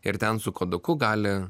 ir ten su koduku gali